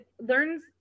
learns